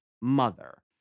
mother